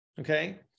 okay